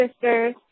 sisters